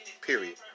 period